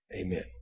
Amen